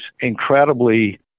incredibly